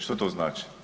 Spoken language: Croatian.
Što to znači?